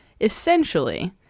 essentially